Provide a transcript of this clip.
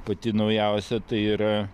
pati naujausia tai yra